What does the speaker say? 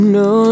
no